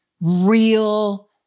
real